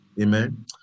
Amen